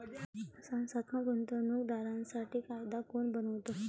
संस्थात्मक गुंतवणूक दारांसाठी कायदा कोण बनवतो?